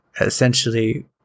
essentially